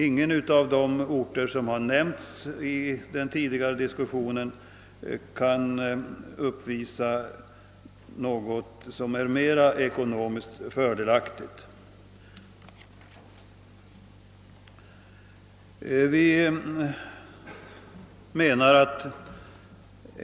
Ingen av de orter som har nämnts i den tidigare diskussionen kan uppvisa större ekonomiska fördelar.